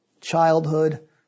Childhood